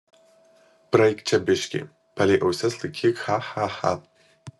praeik čia biškį palei ausis laikyk cha cha cha